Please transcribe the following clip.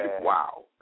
Wow